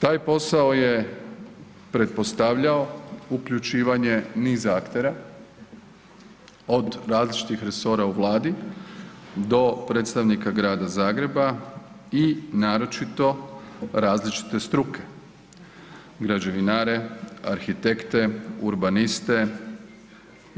Taj posao je pretpostavljao uključivanje niz aktera od različitih resora u Vladi do predstavnika Grada Zagreba i naročito različite struke građevinare, arhitekte, urbaniste,